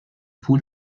پول